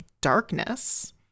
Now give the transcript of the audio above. Darkness